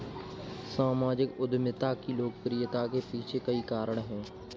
सामाजिक उद्यमिता की लोकप्रियता के पीछे कई कारण है